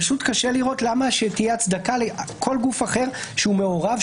קשה לראות למה שתהיה הצדקה לכל גוף אחר שהוא מעורב,